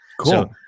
Cool